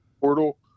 portal